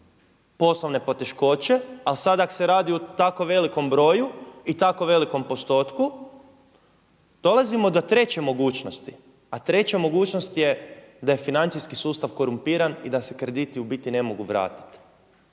poslovne poteškoće. Ali sada ako se radi o tako velikom broju i tako velikom postotku dolazimo do treće mogućnosti, a treća mogućnost je da je financijski sustav korumpiran i da se krediti u biti ne mogu vratiti.